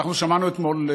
אנחנו שמענו אתמול,